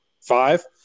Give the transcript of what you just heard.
Five